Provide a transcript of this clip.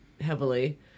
heavily